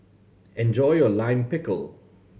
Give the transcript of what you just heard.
enjoy your Lime Pickle